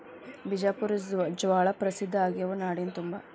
ಬಿಜಾಪುರ ಜ್ವಾಳಾ ಪ್ರಸಿದ್ಧ ಆಗ್ಯಾವ ನಾಡಿನ ತುಂಬಾ